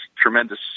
tremendous